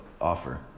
offer